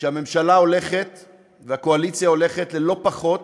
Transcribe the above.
כשהממשלה והקואליציה הולכות לא פחות